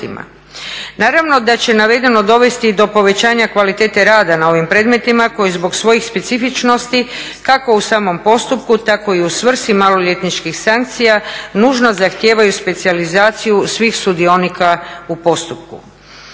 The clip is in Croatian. Naravno da će navedeno dovesti do povećanja kvalitete rada na ovim predmetima koji zbog svojih specifičnosti kako u samom postupku tako i u svrsi maloljetničkih sankcija nužno zahtijevaju specijalizaciju svih sudionika u postupku.